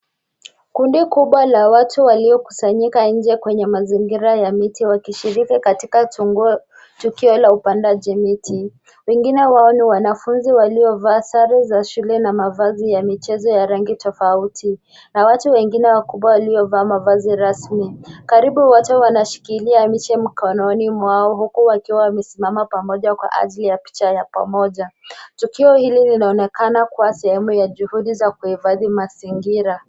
Kundi kubwa la watu waliokusanyika nje kwenye mazingira ya miti wakishiriki katika tukio la upandaji miti. Wengine wao ni wanafunzi waliovaa sare za shule na mavazi ya michezo ya rangi tofauti na watu wengine wakubwa waliovaa mavazi rasmi. Karibu wote wanashikilia miche mikononi mwao huku wakiwa wamesimama pamoja kwa ajili ya kuchara pamoja. Tukio hilo linaonekana kuwa sehemu ya juhudi za kuhifadhi mazingira.